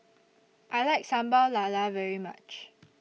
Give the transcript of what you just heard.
I like Sambal Lala very much